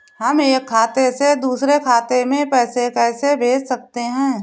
हम एक खाते से दूसरे खाते में पैसे कैसे भेज सकते हैं?